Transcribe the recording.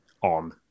on